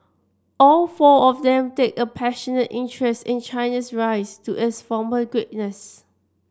all four of them take a passionate interest in Chinese rise to its former greatness